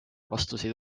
vastuseid